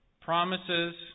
promises